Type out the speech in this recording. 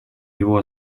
его